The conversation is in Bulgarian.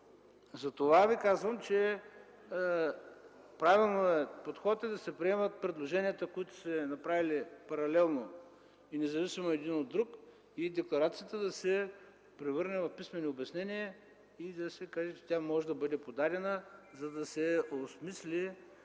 на закона, правилният подход е да се приемат предложенията, които са направени паралелно и независимо едно от друго, и „декларацията” да се превърне в „писмени обяснения” и да се каже, че тя може да бъде подадена, за да се осмисли